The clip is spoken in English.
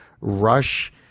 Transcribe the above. rush